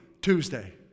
Tuesday